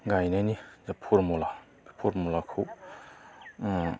गायनायनि फरमुला फरमुलाखौ ओ